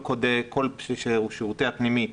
כל שירותי הפנימית,